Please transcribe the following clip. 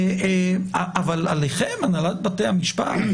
אבל עליכם, הנהלת בתי המשפט?